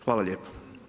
Hvala lijepo.